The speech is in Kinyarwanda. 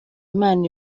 imana